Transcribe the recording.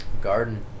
garden